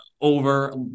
over